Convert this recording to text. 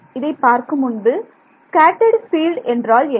இதை பார்க்கும் முன்பு ஸ்கேட்டர்ட் பீல்டு என்றால் என்ன